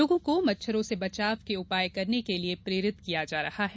लोगों को मच्छरों से बचाव के उपाय करने के लिये प्रेरित किया जा रहा है